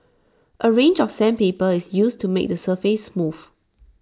A range of sandpaper is used to make the surface smooth